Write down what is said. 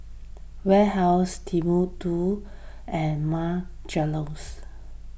Warehouse Timbuk two and Marc Jacobs